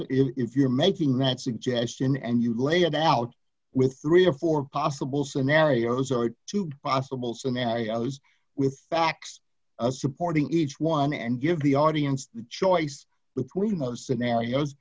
to if you're making that suggestion and you lay it out with three or four possible scenarios or two possible scenarios with facts supporting each one and give the audience the choice between those scenarios